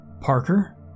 Parker